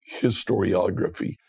historiography